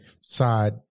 side